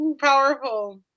powerful